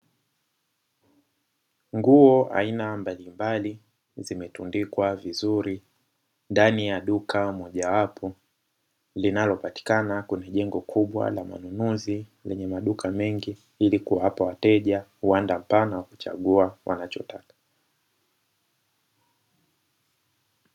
Nguo aina mbalimbali zimetundikwa vizuri ndani ya duka mojawapo, linalopatikana kwenye jengo kubwa la manunuzi lenye maduka mengi, ili kuwapa wateja uwanda mpana wa kuchagua wanachotaka.